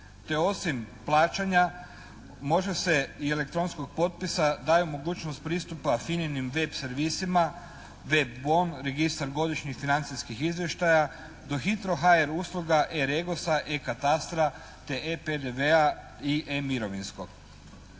te osim plaćanja može se, i elektronskog potpisa daje mogućnost pristupa FINA-inim «vet» servisima, «vet bon» registar godišnjih financijskih izvještaja do «Hitro HR» usluga «E Regosa», «E katastra» te «E PDV-a» i «E mirovinskog».